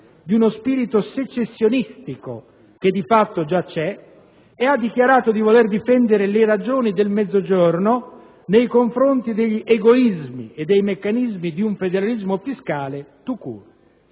di «uno spirito secessionistico, che di fatto già c'è» e ha dichiarato di voler difendere «le ragioni del Mezzogiorno» nei confronti «degli egoismi e dei meccanismi di un federalismo fiscale *tout